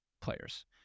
players